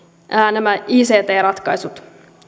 nämä ict ratkaisut